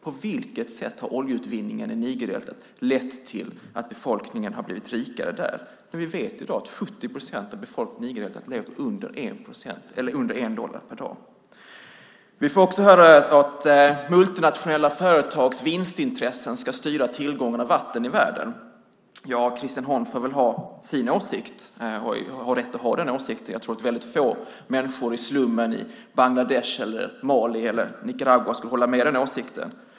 På vilket sätt har oljeutvinningen i Nigerdeltat lett till att befolkningen har blivit rikare där? Vi vet i dag att 70 procent av befolkningen i Nigerdeltat lever på under 1 dollar per dag. Vi får också höra att multinationella företags vinstintressen ska styra tillgången på vatten i världen. Ja, Christian Holm har ju rätt att ha den åsikten. Jag tror att väldigt få människor i slummen i Bangladesh, Mali eller Nicaragua skulle hålla med om den åsikten.